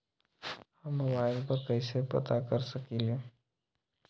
हम मोबाइल पर कईसे पता कर सकींले?